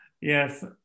Yes